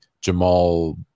jamal